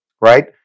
right